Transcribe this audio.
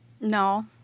No